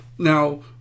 Now